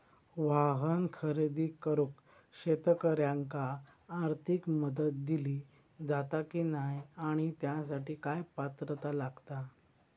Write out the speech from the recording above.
वाहन खरेदी करूक शेतकऱ्यांका आर्थिक मदत दिली जाता की नाय आणि त्यासाठी काय पात्रता लागता?